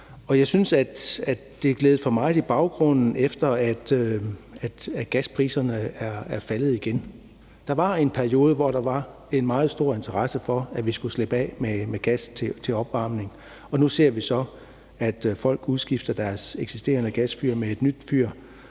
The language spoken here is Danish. jeg synes, det er gledet for meget i baggrunden, efter at gaspriserne er faldet igen. Der var en periode, hvor der var en meget stor interesse for, at vi skulle slippe af med gas til opvarmning, og nu ser vi så, at folk udskifter deres eksisterende gasfyr med et nyt fyr,